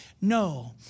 No